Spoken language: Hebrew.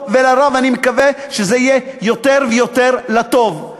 ואני מקווה שזה יהיה יותר ויותר לטוב.